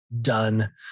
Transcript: done